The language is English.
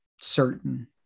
certain